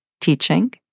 teaching